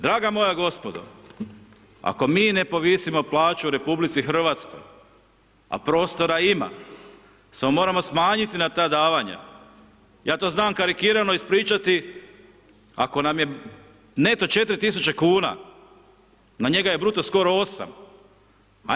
Draga moja gospodo, ako mi ne povisimo plaću u RH, a prostora ima, samo moramo smanjiti na ta davanja, ja to znam karikirano ispričati ako nam je neto 4.000,00 kn, na njega je bruto skoro 8.000,00 kn.